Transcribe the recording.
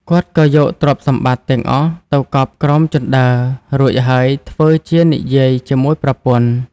គាត់ក៏យកទ្រព្យសម្បត្តិទាំងអស់ទៅកប់ក្រោមជណ្ដើររួចហើយធ្វើជានិយាយជាមួយប្រពន្ធ។